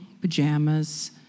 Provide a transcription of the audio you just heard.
pajamas